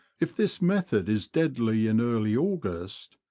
if this method is deadly in early august,